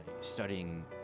studying